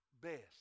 best